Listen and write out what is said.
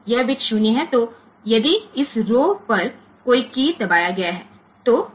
यह बिट 0 है तो यदि इस रौ पर कोई कीय दबाया गया है